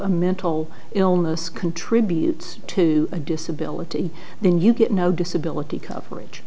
a mental illness contributes to a disability then you get no disability coverage